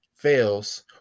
fails